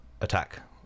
attack